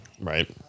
right